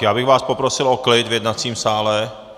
Já bych vás poprosil o klid v jednacím sále.